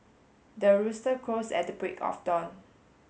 the rooster crows at the break of dawn